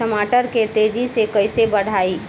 टमाटर के तेजी से कइसे बढ़ाई?